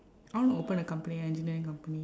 I wanna open a company engineering company